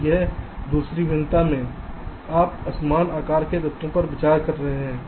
तो इस दूसरी भिन्नता में आप असमान आकार के तत्वों पर विचार कर रहे हैं